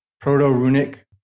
proto-runic